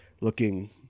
looking